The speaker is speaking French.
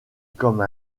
comme